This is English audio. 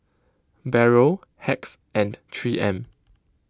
Barrel Hacks and three M